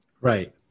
Right